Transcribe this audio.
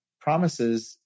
promises